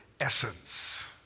essence